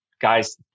guys